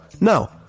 No